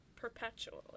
perpetually